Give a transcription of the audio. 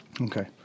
Okay